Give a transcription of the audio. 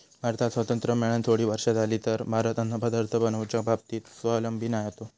भारताक स्वातंत्र्य मेळान थोडी वर्षा जाली तरी भारत अन्नपदार्थ बनवच्या बाबतीत स्वावलंबी नाय होतो